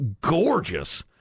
gorgeous